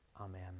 Amen